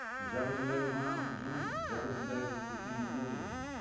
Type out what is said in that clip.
and jefferson davis went out to join him, and jefferson davis became a millionaire.